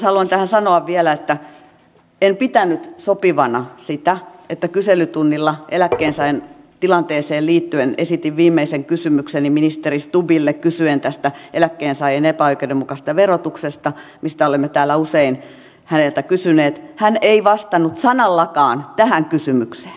haluan tähän sanoa vielä että en pitänyt sopivana sitä että kun kyselytunnilla eläkkeensaajan tilanteeseen liittyen esitin viimeisen kysymykseni ministeri stubbille kysyen tästä eläkkeensaajien epäoikeudenmukaisesta verotuksesta mistä olemme täällä usein häneltä kysyneet niin hän ei vastannut sanallakaan tähän kysymykseen